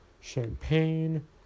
champagne